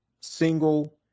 single